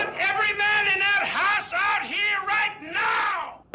every man in that house out here right now.